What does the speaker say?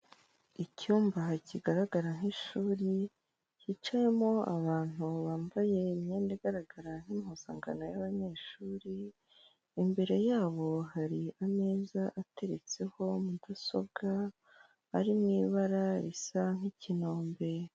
Icyumba kigaragara nk'ishuri hicayemo abantu bambaye imyenda igaragara nk'impuzangano y'abanyeshuri, imbere yabo hari ameza ateretseho mudasobwa ari mu ibara risa nk'ikinombe.